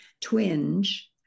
twinge